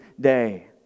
day